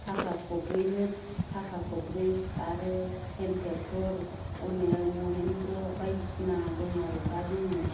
साखा खबब्रैबो साखा खबब्रै आरो हेन्ड ट्रेक्टर अनेख महेन्द्र बायदिसिना दं आरो दा जोङो